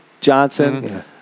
Johnson